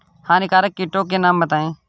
हानिकारक कीटों के नाम बताएँ?